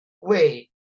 wait